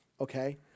okay